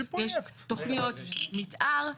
יש תכניות מתאר.